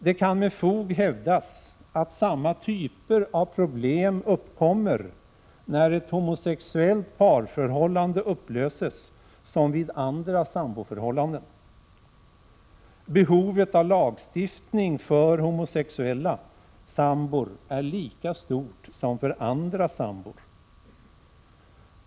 Det kan med fog hävdas att samma typer av problem uppkommer när ett homosexuellt parförhållande upplöses som vid andra samboförhållanden. Behovet av lagstiftning för homosexuella sambor är lika stort som för andra sambor.